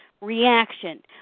reaction